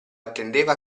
attendeva